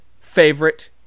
Favorite